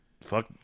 Fuck